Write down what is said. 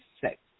six